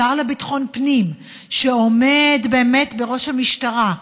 השר לביטחון פנים, שעומד בראש המשטרה,